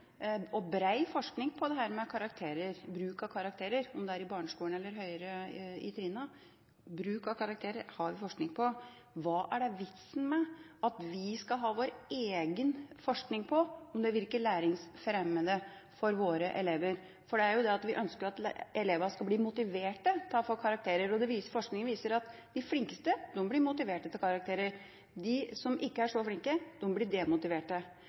og så bred, forsking på dette med bruk av karakterer – uansett om det er i barneskolen eller på høyere trinn – hva er da vitsen med at vi skal ha vår egen forskning på om det virker læringsfremmende for våre elever? For vi ønsker jo at elevene skal bli motiverte av å få karakterer, og forskningen viser at de flinkeste blir motiverte av karakterer, mens de som ikke er så flinke, blir demotiverte.